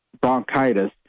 bronchitis